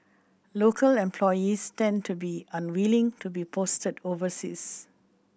local employees tend to be unwilling to be posted overseas